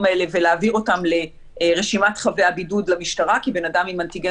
האלה ולהעביר אותם לרשימת חבי הבידוד למשטרה כי בן אדם עם אנטיגן